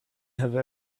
have